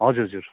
हजुर हजुर